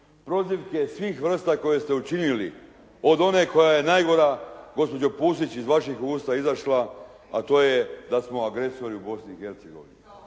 Prozivke svih vrsta koje ste učinili od one koja je najgora gospođo Pusić iz vaših usta izašla a to je da smo agresori u Bosni